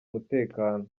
umutekano